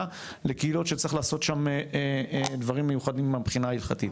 לקהילות שצריך לעשות שם דברים מיוחדים מהבחינה ההלכתית,